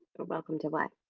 welcome to what?